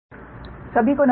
तो ठीक है